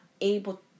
able